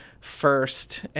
first